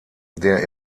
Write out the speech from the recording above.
der